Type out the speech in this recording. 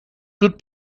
good